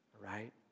right